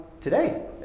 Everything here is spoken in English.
today